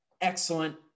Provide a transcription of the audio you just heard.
Excellent